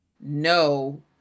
no